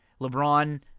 LeBron